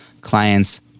clients